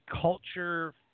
culture